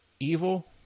evil